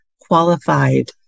qualified